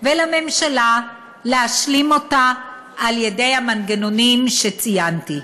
ולממשלה להשלים אותה על-ידי המנגנונים שציינתי.